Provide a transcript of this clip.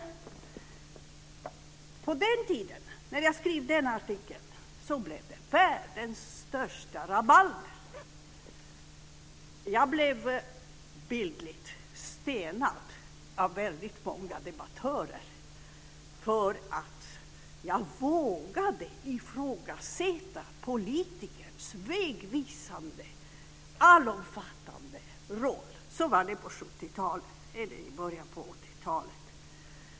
När jag skrev denna artikel blev det världens största rabalder. Jag blev bildligt stenad av många debattörer för att jag vågade ifrågasätta politikerns vägvisande, allomfattande roll. Så var det på 70-talet eller i början av 80-talet.